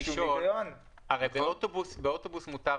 בשירותי אוטובוס.